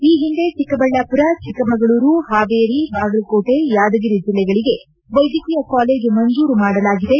ಈ ಹಿಂದೆ ಚಿಕ್ಕಬಳ್ಳಾಪುರ ಚಿಕ್ಕಮಗಳೂರು ಪಾವೇರಿ ಬಾಗಲಕೋಟೆ ಯಾದಗಿರಿ ಜಿಲ್ಲೆಗಳಿಗೆ ವೈದ್ಯಕೀಯ ಕಾಲೇಜು ಮಂಜೂರು ಮಾಡಲಾಗಿದೆ